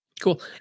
Cool